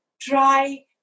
try